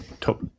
top